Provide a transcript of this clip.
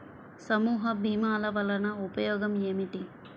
సమూహ భీమాల వలన ఉపయోగం ఏమిటీ?